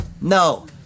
No